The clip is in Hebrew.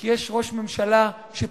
כי יש ראש ממשלה שפוחד,